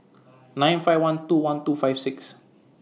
nine five one two one two five six